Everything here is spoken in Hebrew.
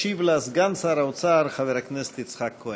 ישיב לה סגן שר האוצר חבר הכנסת יצחק כהן.